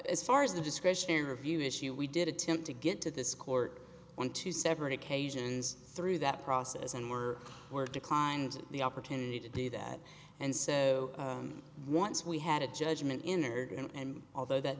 as far as the discretionary review issue we did attempt to get to this court on two separate occasions through that process and we're we're declined the opportunity to do that and so on once we had a judgment in or going in and although that